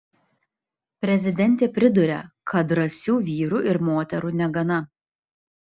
prezidentė priduria kad drąsių vyrų ir moterų negana